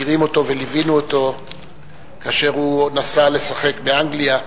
מכירים אותו וליווינו אותו כאשר הוא נסע לשחק באנגליה,